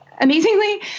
Amazingly